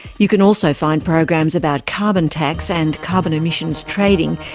you can also find programs about carbon tax and carbon emissions trading,